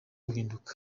guhinduka